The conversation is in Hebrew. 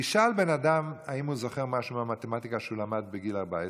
תשאל בן אדם האם הוא זוכר משהו מהמתמטיקה שהוא למד בגיל 14,